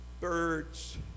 Birds